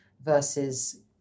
versus